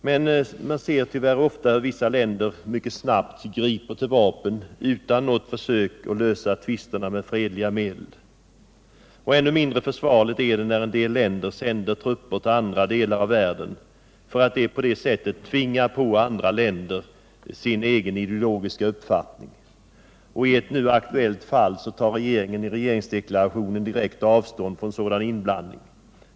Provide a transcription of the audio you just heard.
Man ser emellertid tyvärr ofta hur vissa länder mycket snabbt griper till vapen utan att göra något försök att lösa tvisterna med fredliga medel. Ännu mindre försvarligt är det när en del länder sänder trupper till andra delar av världen för att på det sättet tvinga på andra länder sin egen ideologiska uppfattning. I ett nu aktuellt fall tar regeringen i regeringsdeklarationen direkt avstånd från sådan inblandning.